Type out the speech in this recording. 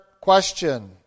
question